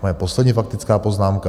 Moje poslední faktická poznámka.